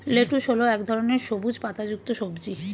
lettuce হল এক ধরনের সবুজ পাতাযুক্ত সবজি